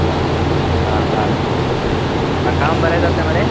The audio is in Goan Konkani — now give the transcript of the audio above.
राव आं धाड आं काम बरें जातलें मरे